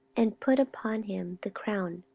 and put upon him the crown,